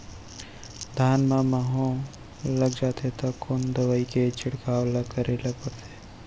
धान म माहो लग जाथे त कोन दवई के छिड़काव ल करे ल पड़थे?